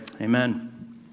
amen